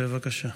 בבקשה.